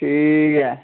ठीक ऐ